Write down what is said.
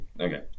Okay